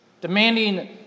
demanding